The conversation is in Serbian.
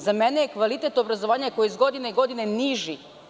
Za mene je kvalitet obrazovanja koji je iz godine u godinu niži.